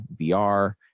VR